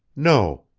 no,